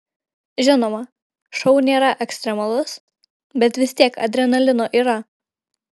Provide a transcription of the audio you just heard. žinoma šou nėra ekstremalus bet vis tiek adrenalino yra